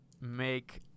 make